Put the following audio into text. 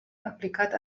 aplicat